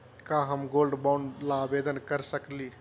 का हम gold bond ल आवेदन कर सकली?